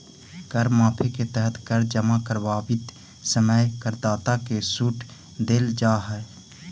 कर माफी के तहत कर जमा करवावित समय करदाता के सूट देल जाऽ हई